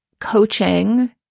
coaching